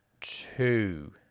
two